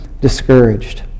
discouraged